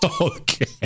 Okay